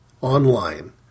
online